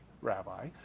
rabbi